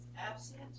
Absent